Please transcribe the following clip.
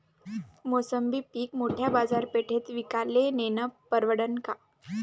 मोसंबी पीक मोठ्या बाजारपेठेत विकाले नेनं परवडन का?